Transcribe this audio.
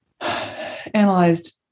analyzed